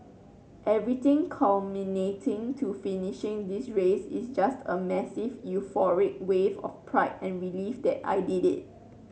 everything culminating to finishing this race is just a massive euphoric wave of pride and relief that I did it